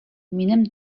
минем